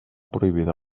prohibida